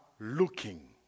Looking